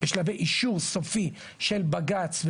בשלבי אישור סופי של בג"צ,